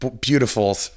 beautiful